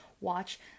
watch